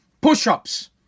push-ups